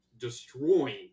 destroying